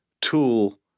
tool